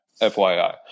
FYI